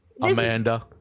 amanda